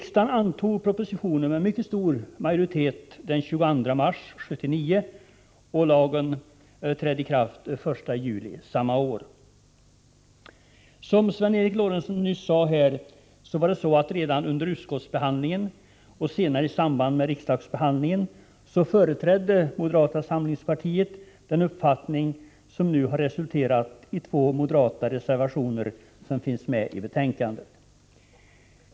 Som Sven Eric Lorentzon nyss sade, företrädde moderata samlingspartiet redan under utskottsbehandlingen och senare i samband med riksdagsbehandlingen den uppfattning som nu resulterat i två moderata reservationer, som finns med i betänkandet.